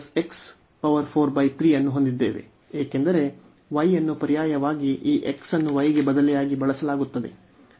ನಾವು x 42 x 43 ಅನ್ನು ಹೊಂದಿದ್ದೇವೆ ಏಕೆಂದರೆ y ಅನ್ನು ಪರ್ಯಾಯವಾಗಿ ಈ x ಅನ್ನು y ಗೆ ಬದಲಿಯಾಗಿ ಬಳಸಲಾಗುತ್ತದೆ